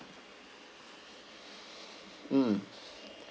mm